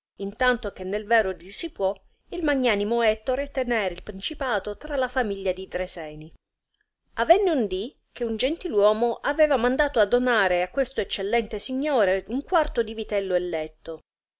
tanto che nel vero dir si può il magnanimo ettore tenere il principato tra la famiglia di dreseni avenne un dì che un gentil uomo aveva mandato a donare a questo eccellente signore un quarto di vitello el letto